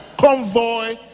Convoy